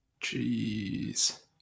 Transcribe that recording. Jeez